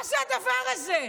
מה זה הדבר הזה?